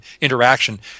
interaction